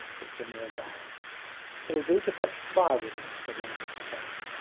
but it's a mere rag it'll do to fetch firewood in said one of the cossacks.